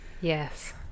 Yes